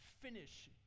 Finish